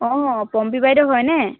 অ' পম্পী বাইদেউ হয়নে